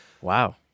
Wow